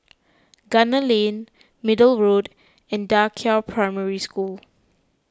Gunner Lane Middle Road and Da Qiao Primary School